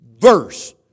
verse